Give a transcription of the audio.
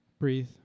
breathe